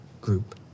group